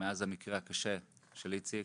מאז המקרה הקשה של איציק